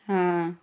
ಹಾಂ